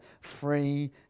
free